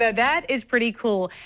that is pretty cool.